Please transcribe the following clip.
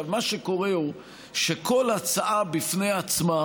מה שקורה הוא שכל הצעה בפני עצמה